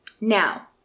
Now